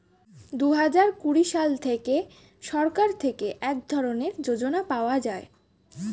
দুহাজার কুড়ি সাল থেকে সরকার থেকে এক ধরনের যোজনা পাওয়া যায়